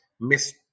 miss